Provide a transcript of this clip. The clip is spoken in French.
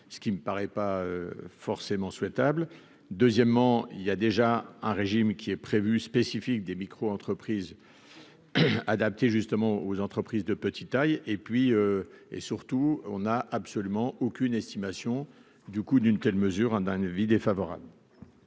ce qui me paraît pas forcément souhaitable, deuxièmement, il y a déjà un régime qui est prévue spécifique des micro-entreprises adaptées justement aux entreprises de petite taille et puis, et surtout on a absolument aucune estimation du coût d'une telle mesure, hein, dans une